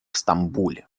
стамбуле